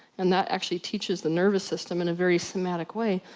and that actually teaches the nervous system in a very somatic way,